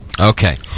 Okay